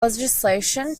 legislation